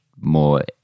more